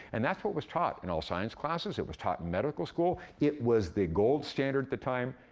and that's what was taught in all science classes. it was taught in medical school. it was the gold standard at the time,